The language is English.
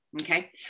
okay